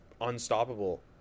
unstoppable